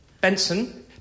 Benson